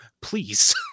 Please